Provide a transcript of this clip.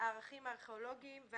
במקום לפני הכרזת הגן הלאומי בשנת 1972,